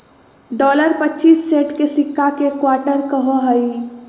dollar पच्चीस cent के सिक्का के क्वार्टर कहो हइ